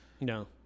No